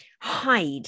hide